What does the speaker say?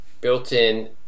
built-in